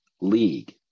league